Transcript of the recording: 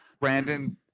Brandon